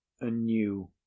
anew